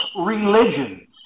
religions